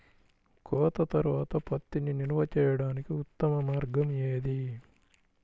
కోత తర్వాత పత్తిని నిల్వ చేయడానికి ఉత్తమ మార్గం ఏది?